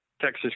Texas